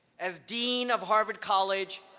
as dean of harvard college,